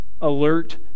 alert